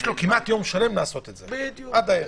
יש לו כמעט יום שלם לעשות את זה, עד הערב.